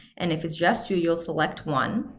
and if it's just you, you'll select one.